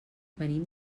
venim